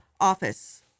Office